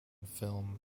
film